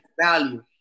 value